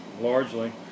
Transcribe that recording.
largely